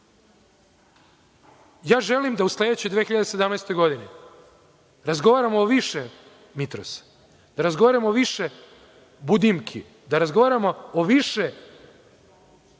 doneli. Želim da u sledećoj 2017. godini razgovaramo o više „Mitrosa“, da razgovaramo o više „Budimki“, da razgovaramo o više